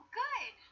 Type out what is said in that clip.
good